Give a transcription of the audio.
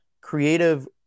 creative